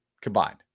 combined